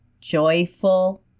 joyful